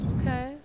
Okay